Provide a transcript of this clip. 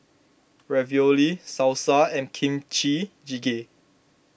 Ravioli Salsa and Kimchi Jjigae